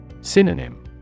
Synonym